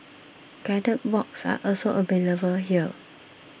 guided walks are also available here